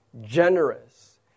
generous